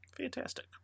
Fantastic